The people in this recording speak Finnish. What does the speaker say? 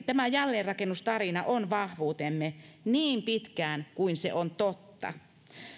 tämä jälleenrakennustarina on vahvuutemme niin pitkään kuin se on totta